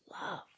love